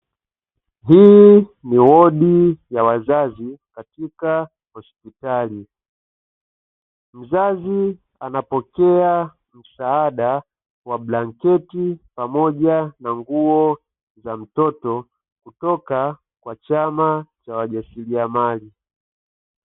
Hii ni wodi ya wazazi katika hospitali, mzazi anapokea msaada wa blanketi pamoja na nguo za mtoto kutoka kwa chama cha wajasiliamari.